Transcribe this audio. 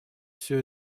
все